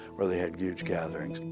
where they had huge gatherings.